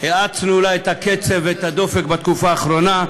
האצנו לה את הקצב ואת הדופק בתקופה האחרונה,